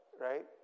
right